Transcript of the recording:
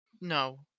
no